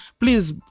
please